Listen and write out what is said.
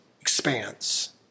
expands